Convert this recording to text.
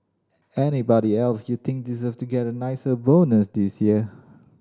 anybody else you think deserve to get a nicer bonus this year